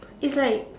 it's like